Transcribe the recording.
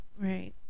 Right